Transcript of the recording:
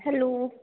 hello